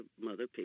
mother